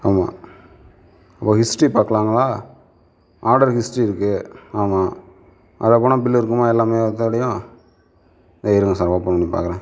ஆமாம் ஓ ஹிஸ்ட்ரி பார்க்கலாங்களா ஆர்டர் ஹிஸ்ட்ரி இருக்குது ஆமாம் அதில் போனால் பில் இருக்குமா எல்லாமே இதோடையும் இதோ இருங்க சார் ஓப்பன் பண்ணி பார்க்குறேன்